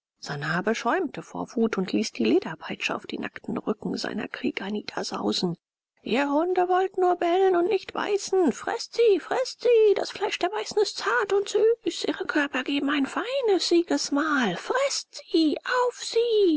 sanhabe schäumte vor wut und ließ die lederpeitsche auf die nackten rücken seiner krieger niedersausen ihr hunde wollt nur bellen und nicht beißen beißt sie freßt sie das fleisch der weißen ist zart und süß ihre körper geben ein feines siegesmahl freßt sie auf sie